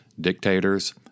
dictators